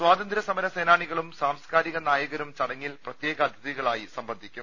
സ്വാതന്ത്ര്യസമര സേനാനികളും സാംസ്കാരിക നായകരും ചടങ്ങിൽ പ്രത്യേക അതിഥികളായി സംബന്ധിക്കും